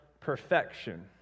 perfection